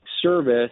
service